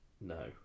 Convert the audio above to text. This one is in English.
no